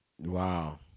Wow